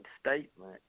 statement